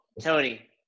tony